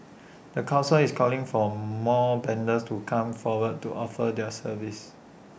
the Council is calling for more vendors to come forward to offer their services